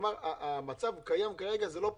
כלומר על פי המצב כרגע זה לא פקע.